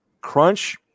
Crunch